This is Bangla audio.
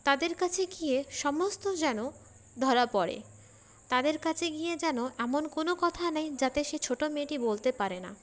তাদের কাছে গিয়ে সমস্ত যেন ধরা পড়ে তাদের কাছে গিয়ে যেন এমন কোনও কথা নেই যাতে সে ছোটো মেয়েটি বলতে পারে না